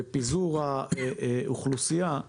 בפיזור האוכלוסייה,